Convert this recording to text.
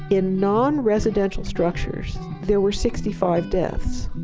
in non-residential structures, there were sixty five deaths